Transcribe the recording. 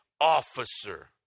officer